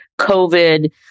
COVID